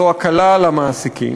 זו הקלה למעסיקים,